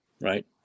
right